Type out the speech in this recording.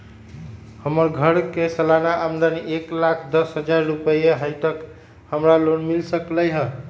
हमर घर के सालाना आमदनी एक लाख दस हजार रुपैया हाई त का हमरा लोन मिल सकलई ह?